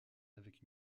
avec